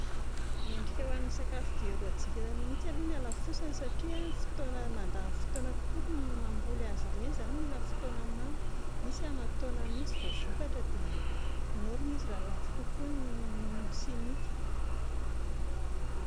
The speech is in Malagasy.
Mendrika ho an'ny sakafo biôlôjika mihintsy aloha ny halafosany satria ny fotoana mandany fotoana kokoa ny mamboly azy ireny izany mila fotoana maro, misy aman-taonany mihintsy vao vokatra dia norme izy raha lafo kokoa noho ny simika